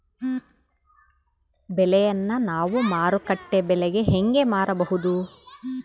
ಬೆಳೆಯನ್ನ ನಾವು ಮಾರುಕಟ್ಟೆ ಬೆಲೆಗೆ ಹೆಂಗೆ ಮಾರಬಹುದು?